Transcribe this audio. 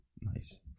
nice